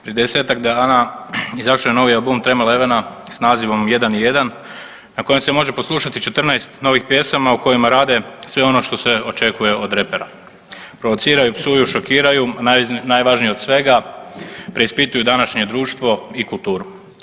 Prije desetak dana izašao je novi album „Tram 11“ s nazivom „Jedan i jedan“ na kojem se može poslušati 14 novih pjesama u kojima rade sve ono što se očekuje od repera – provociraju, psuju, šokiraju, najvažnije od svega preispituju današnje društvo i kulturu.